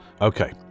Okay